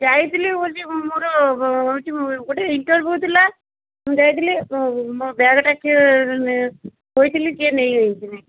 ଯାଇଥିଲି ହେଉଛି ମୋର ହେଉଛି ଗୋଟେ ଇଣ୍ଟରଭିୟ୍ୟୁ ଥିଲା ମୁଁ ଯାଇଥିଲି ମୋ ବ୍ୟାଗ୍ଟା କିଏ ନେ ଥୋଇଥିଲି କିଏ ନେଇ ଯାଇଛିନି